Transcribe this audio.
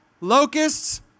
locusts